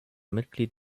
mitglied